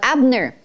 Abner